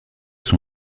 son